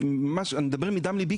אני מדבר מדם לבי,